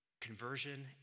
conversion